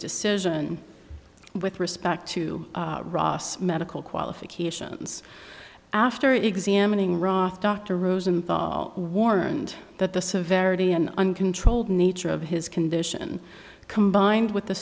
decision with respect to ross medical qualifications after examining wroth dr rosenthal warned that the severity and uncontrolled nature of his condition combined with the